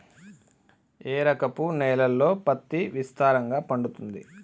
ఏ రకపు నేలల్లో పత్తి విస్తారంగా పండుతది?